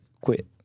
quit